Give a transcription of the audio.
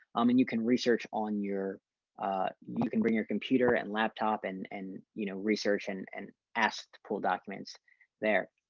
um and you can research on your you can bring your computer and laptop and, you know, research and and asked to pull documents there.